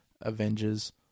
Avengers